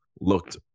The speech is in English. looked